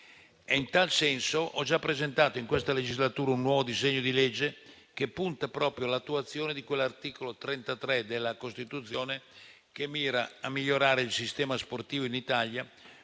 In tal senso, ho già presentato in questa legislatura un nuovo disegno di legge che punta proprio all'attuazione di quell'articolo 33 della Costituzione che mira a migliorare il sistema sportivo in Italia,